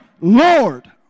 Lord